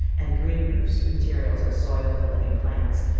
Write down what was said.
and green-roofs' materials are soil and living plants.